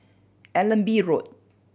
Allenby Road